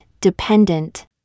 Dependent